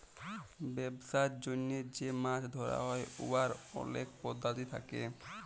ব্যবসার জ্যনহে যে মাছ ধ্যরা হ্যয় উয়ার অলেক পদ্ধতি থ্যাকে